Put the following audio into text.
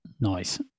nice